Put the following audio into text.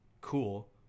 Cool